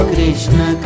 Krishna